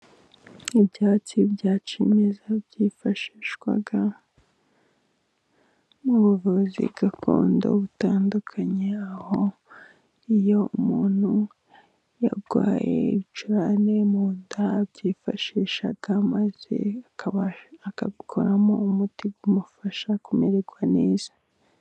Ibyatsi bya kimeza byifashishwa, mu buvuzi gakondo butandukanye, aho iyo umuntu arwaye ibicurane, munda, arabyifashisha maze akabikoramo umuti umufasha kumererwa neza.